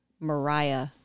Mariah